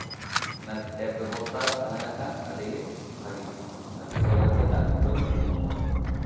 tap ᱵᱮᱵᱚᱥᱛᱷᱟ ᱛᱟᱦᱮᱸ ᱞᱮᱱᱠᱷᱟᱱ ᱟᱹᱰᱤᱜᱮ ᱵᱷᱟᱹᱜᱤ ᱠᱚᱜᱼᱟ ᱟᱨ ᱟᱹᱰᱤ ᱥᱚᱞᱦᱮᱛᱮ ᱫᱟᱜ ᱠᱚᱠᱚ ᱧᱩ ᱠᱮᱭᱟ